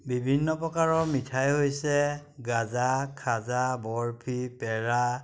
বিভিন্ন প্ৰকাৰৰ মিঠাই হৈছে গাজা খাজা বৰফি পেৰা